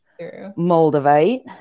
Moldavite